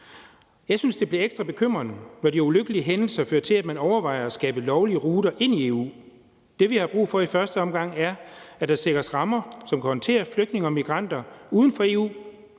Jeg synes, det bliver ekstra bekymrende, når de ulykkelige hændelser fører til, at man overvejer at skabe lovlige ruter ind i EU. Det, vi har brug for i første omgang, er, at der sikres rammer, så man kan håndtere flygtninge og migranter uden for EU.